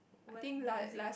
what does it